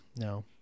no